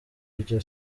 iryo